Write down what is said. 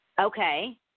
Okay